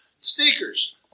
sneakers